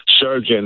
surgeon